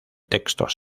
textos